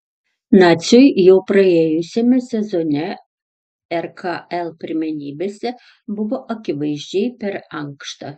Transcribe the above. naciui jau praėjusiame sezone rkl pirmenybėse buvo akivaizdžiai per ankšta